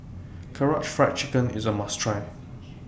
Karaage Fried Chicken IS A must Try